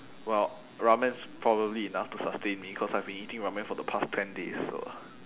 well ramen's probably enough to sustain me cause I've been eating ramen for the past ten days so